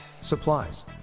Supplies